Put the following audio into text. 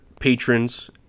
patrons